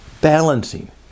balancing